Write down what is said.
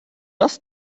das